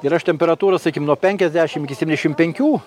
ir aš temperatūrą sakykim nuo penkiasdešimt iki septyniasdešimt